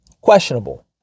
Questionable